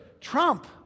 Trump